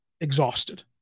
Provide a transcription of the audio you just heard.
exhausted